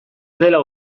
dela